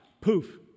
poof